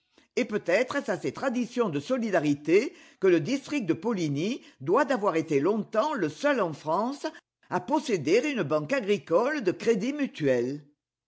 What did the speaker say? et peut-être est-ce à ces traditions de solidarité que le district de poligny doit d'avoir été longtemps le seul en france à posséder une banque agricole de crédit mutuel